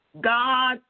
God